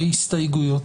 להגיש הסתייגויות.